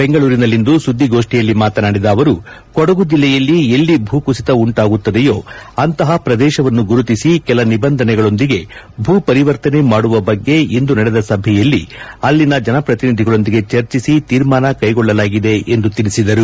ಬೆಂಗಳೂರಿನಲ್ಲಿಂದು ಸುದ್ದಿಗೋಷ್ಠಿಯಲ್ಲಿ ಮಾತನಾಡಿದ ಅವರು ಕೊಡುಗು ಜಿಲ್ಲೆಯಲ್ಲಿ ಎಲ್ಲಿ ಭೂಕುಸಿತ ಉಂಟಾಗುತ್ತದಯೋ ಅಂತಪ ಪ್ರದೇಶವನ್ನು ಗುರುತಿಸಿ ಕೆಲ ನಿಬಂಧನೆಗಳೊಂದಿಗೆ ಭೂಪರಿವರ್ತನೆ ಮಾಡುವ ಬಗ್ಗೆ ಇಂದು ನಡೆದ ಸಭೆಯಲ್ಲಿ ಅಲ್ಲಿಯ ಜನಪ್ರತಿನಿಧಿಗಳೊಂದಗೆ ಚರ್ಚಿಸಿ ತೀರ್ಮಾನ ಕೈಗೊಳ್ಳಲಾಗಿದೆ ಎಂದು ತಿಳಿಸಿದರು